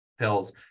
pills